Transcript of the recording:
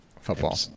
football